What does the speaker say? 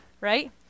Right